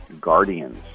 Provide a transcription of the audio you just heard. Guardians